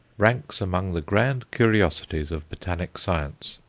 ranks among the grand curiosities of botanic science.